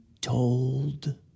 told